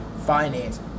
finance